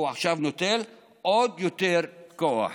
הוא עכשיו נוטל עוד יותר כוח.